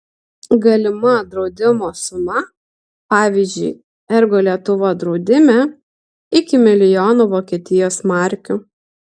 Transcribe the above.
galima draudimo suma pavyzdžiui ergo lietuva draudime iki milijono vokietijos markių